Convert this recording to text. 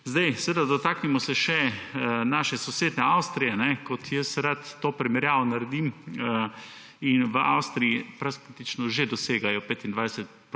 pridelamo. Dotaknimo se še naše sosednje Avstrije, kot jaz rad to primerjavo naredim. V Avstriji praktično že dosegajo 25